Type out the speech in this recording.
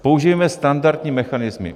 Použijeme standardní mechanismy.